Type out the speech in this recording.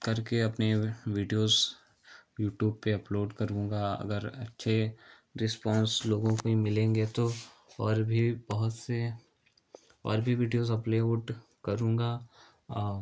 करके अपने videos YouTube पर अपलोड करूँगा अगर अच्छे रिस्पॉन्स लोगों के मिलेंगे तो और भी बहुत से और भी वीडियोज़ अपलोड करूँगा औ